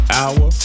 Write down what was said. hour